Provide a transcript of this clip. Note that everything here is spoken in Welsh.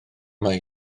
mae